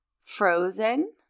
Frozen